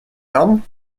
herren